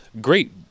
Great